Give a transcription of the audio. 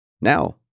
Now